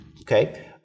Okay